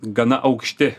gana aukšti